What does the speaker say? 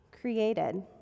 created